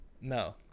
No